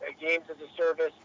games-as-a-service